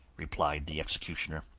replied the executioner,